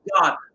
God